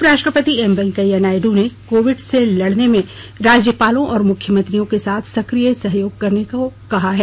उपराष्ट्रपति एम वेंकैया नायडू ने कोविड से लड़ने में राज्यपालों को मुख्यमंत्रियों के साथ सक्रिय सहयोग करने को कहा है